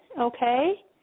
okay